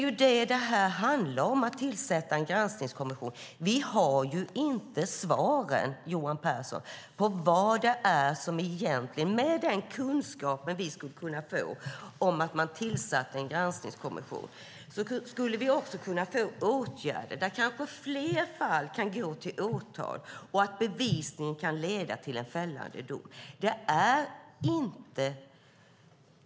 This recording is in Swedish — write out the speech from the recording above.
Nej, det är därför vi vill tillsätta en granskningskommission. Vi har inte svaren, Johan Pehrson. Med den kunskap vi skulle kunna få genom en granskningskommission skulle vi kunna vidta åtgärder så att kanske fler fall skulle gå till åtal och bevisningen leda till en fällande dom.